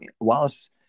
Wallace